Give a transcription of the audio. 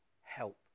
help